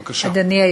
בבקשה.